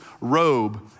robe